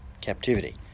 Captivity